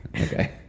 okay